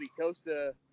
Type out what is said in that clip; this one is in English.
Costa